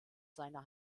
seiner